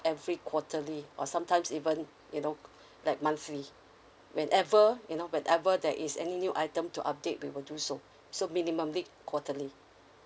every quarterly or sometimes even you know like monthly whenever you know whenever there is any new item to update we will do so so minimumly quarterly